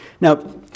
Now